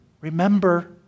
remember